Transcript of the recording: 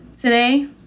today